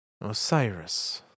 Osiris